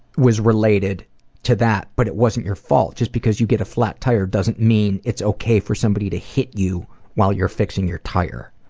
was related to that but it wasn't your fault, just because you got a flat tire doesn't mean it's okay for somebody to hit you while you're fixing your tire.